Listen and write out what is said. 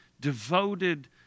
devoted